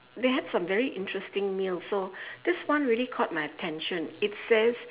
they had some very interesting meals so this one really caught my attention it says